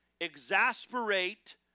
Exasperate